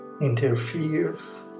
interferes